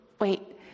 wait